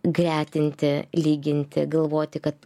gretinti lyginti galvoti kad